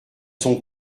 son